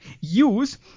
use